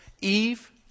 Eve